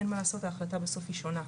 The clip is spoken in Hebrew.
אין מה לעשות-ההחלטה בסוף היא שונה.